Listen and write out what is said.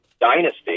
dynasty